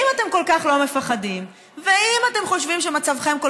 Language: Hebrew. אם אתם כל כך לא מפחדים ואם אתם חושבים שמצבכם כל